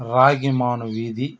రాగిమాను వీధి